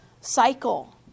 cycle